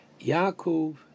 Yaakov